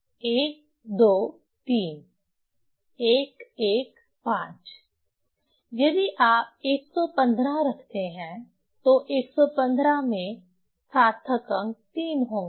1 2 3 115 यदि आप 115 रखते हैं तो 115 में सार्थक अंक 3 होंगे